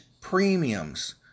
premiums